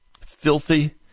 filthy